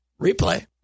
replay